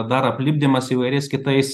dar aplipdymas įvairiais kitais